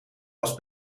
was